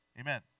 Amen